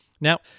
Now